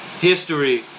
history